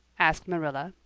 asked marilla,